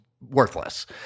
worthless